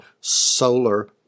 solar